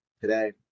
today